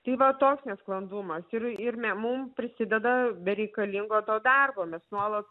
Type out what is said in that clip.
tai va toks nesklandumas ir ir me mum prisideda bereikalingo to darbo mes nuolat